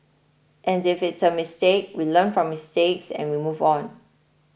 and if it's a mistake we learn from mistakes and we move on